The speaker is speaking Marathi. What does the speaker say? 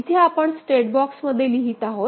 इथे आपण स्टेट बॉक्स मध्ये लिहीत आहोत